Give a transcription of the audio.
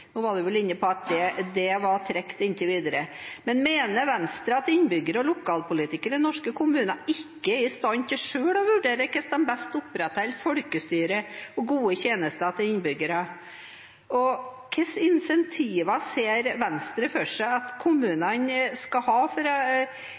Nå var han vel inne på at dette var trukket inntil videre. Men mener Venstre at innbyggere og lokalpolitikere i norske kommuner ikke er i stand til selv å vurdere hvordan de best opprettholder folkestyret og gode tjenester til innbyggerne? Hvilke incentiver ser Venstre for seg at